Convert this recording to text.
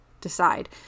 decide